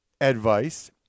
advice